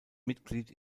mitglied